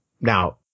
now